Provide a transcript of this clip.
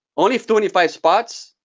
only twenty five spots,